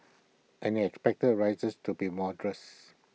and he expected rises to be modest